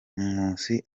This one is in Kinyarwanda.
nkusi